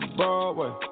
broadway